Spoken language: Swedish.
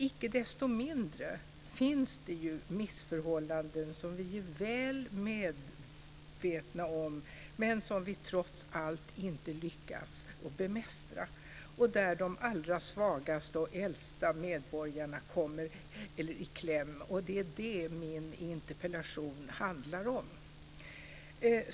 Icke desto mindre finns det missförhållanden som vi är väl medvetna om men som vi trots allt inte lyckas bemästra och där de allra svagaste och äldsta medborgarna kommer i kläm. Det är det min interpellation handlar om.